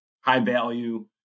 high-value